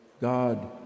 God